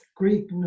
Greek